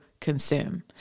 consume